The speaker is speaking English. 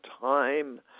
time